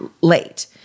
late